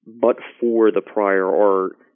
but-for-the-prior-art